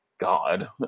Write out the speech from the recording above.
god